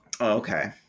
Okay